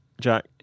Jack